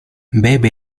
bebe